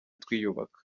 twiyubaka